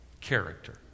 Character